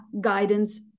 guidance